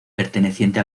perteneciente